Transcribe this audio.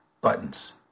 buttons